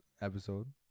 episode